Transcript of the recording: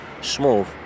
smooth